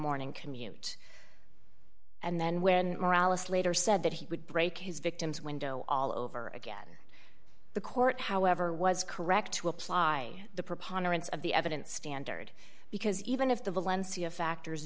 morning commute and then when morales later said that he would break his victim's window all over again the court however was correct to apply the preponderance of the evidence standard because even if the valencia factors